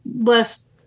less